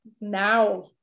now